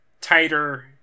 tighter